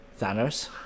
Thanos